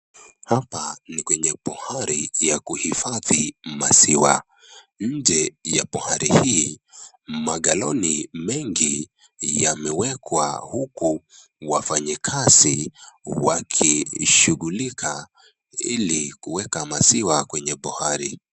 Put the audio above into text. Hapa ni kwenye bohari ya kuhifadhi maziwa, nje ya bohari hii, magaloni mengi yamewekwa huku wafanyi kazi wakishughulika, ili kuweka maziwa kwenye bohari.